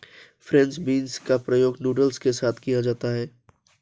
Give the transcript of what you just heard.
French beans का प्रयोग noodles के साथ किया जाता है